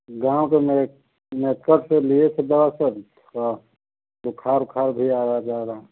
गाँव के मेरे नुक्कड़ से लिए थे दवा सर तो बुख़ार उखार भी आ जा रहा है